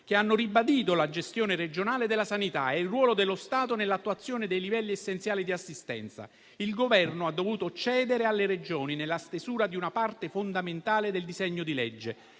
che hanno ribadito la gestione regionale della sanità e il ruolo dello Stato nell'attuazione dei livelli essenziali di assistenza. Il Governo ha dovuto cedere alle Regioni nella stesura di una parte fondamentale del decreto-legge,